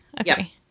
Okay